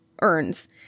earns